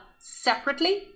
separately